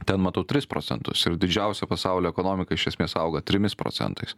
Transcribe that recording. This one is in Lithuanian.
ten matau tris procentus ir didžiausia pasaulio ekonomika iš esmės auga trimis procentais